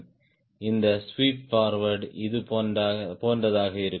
இந்த sweep forward இது போன்றதாக இருக்கும்